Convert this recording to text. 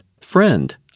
Friend